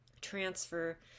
transfer